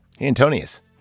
Antonius